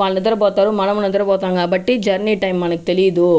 వాళ్లు నిద్రపోతారు మనం నిద్రపోతాము కాబట్టి జర్నీ టైం మనకు తెలియదు